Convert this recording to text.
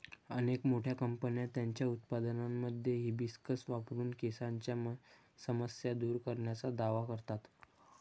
अनेक मोठ्या कंपन्या त्यांच्या उत्पादनांमध्ये हिबिस्कस वापरून केसांच्या समस्या दूर करण्याचा दावा करतात